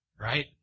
right